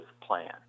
plan